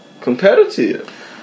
competitive